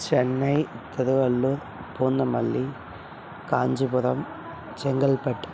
Chennai Tiruvallur Poonamallee Kanchipuram Chengalpattu